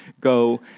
go